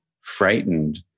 frightened